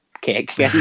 kick